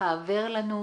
העבר לנו.